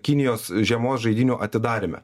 kinijos žiemos žaidynių atidaryme